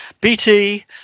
BT